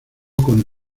con